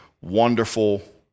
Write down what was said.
wonderful